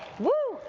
whoo!